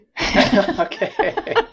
Okay